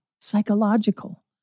psychological